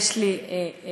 יש לי בן-זוג,